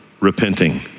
repenting